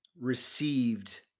received